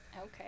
Okay